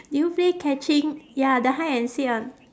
do you play catching ya the hide and seek one